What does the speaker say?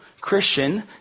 Christian